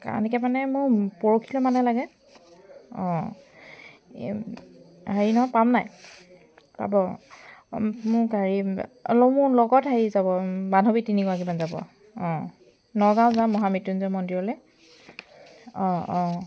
কাহানিকৈ মানে মোক পৰহিলৈ মানলৈ লাগে অঁ এই হেৰি নহয় পাম নাই পাব মোৰ গাড়ী মোৰ লগত হেৰি যাব বান্ধৱী তিনিগৰাকীমান যাব অঁ নগাঁও যাম মহামৃত্যুঞ্জয় মন্দিৰলৈ অঁ অঁ